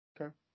Okay